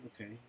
okay